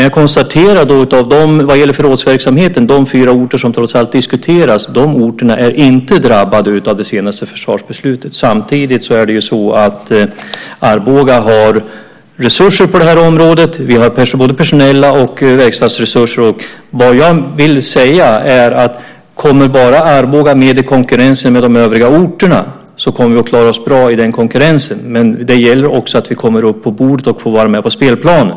Jag konstaterar vad gäller förrådsverksamheten att de fyra orter som trots allt diskuteras inte är drabbade av det senaste försvarsbeslutet. Samtidigt har Arboga resurser på det här området; vi har både personella resurser och verkstadsresurser. Vad jag vill säga är att om Arboga bara kommer med i konkurrensen med de övriga orterna kommer vi att klara oss bra i den konkurrensen. Men det gäller också att vi kommer upp på bordet och får vara med på spelplanen.